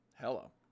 Hello